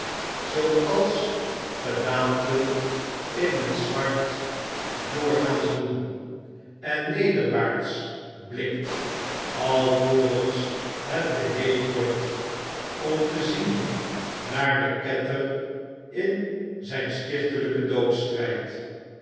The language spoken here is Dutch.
zooals gedaanten in het zwart doorgaans doen en nederwaarts blikt alvorens het te heet wordt om te zien naar den ketter in zyn stichtelyken